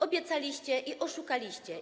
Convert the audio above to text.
Obiecaliście i oszukaliście.